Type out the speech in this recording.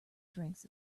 drinks